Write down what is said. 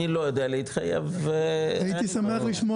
אני לא יודע להתחייב ו- -- הייתי שמח לשמוע